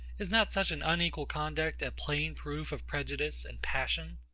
is not such an unequal conduct a plain proof of prejudice and passion?